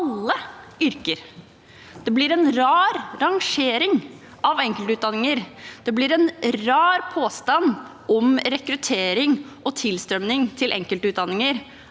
Det blir en rar rangering av enkeltutdanninger. Det blir en rar påstand om rekruttering og tilstrømming til enkeltutdanninger